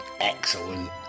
excellent